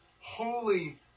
holy